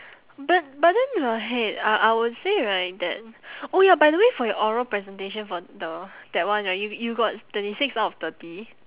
but but then I I would say right that oh ya by the way for your oral presentation for the that one right you you got twenty six out of thirty